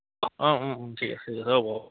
অঁ ঠিক আছে হ'ব